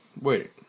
wait